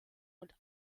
und